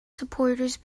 supporters